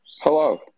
Hello